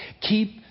keep